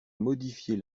modifier